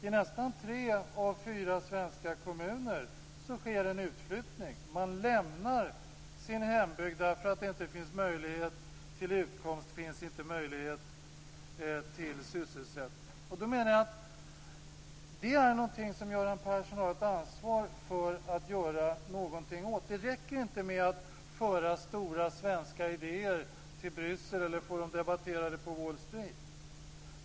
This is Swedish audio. I nästan tre av fyra svenska kommuner sker en utflyttning. Man lämnar sin hembygd därför att det inte finns möjlighet till utkomst och sysselsättning. Detta är någonting som Göran Persson har ett ansvar för att göra någonting åt. Det räcker inte med att föra stora svenska idéer till Bryssel eller få dem debatterade på Wall Street.